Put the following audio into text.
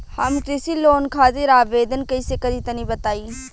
हम कृषि लोन खातिर आवेदन कइसे करि तनि बताई?